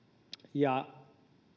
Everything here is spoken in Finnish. ja